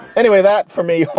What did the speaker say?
anyway, that for me,